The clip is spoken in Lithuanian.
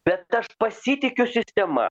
bet aš pasitikiu sistema